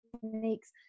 techniques